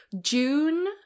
June